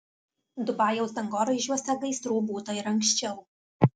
dubajaus dangoraižiuose gaisrų būta ir anksčiau